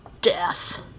death